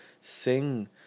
sing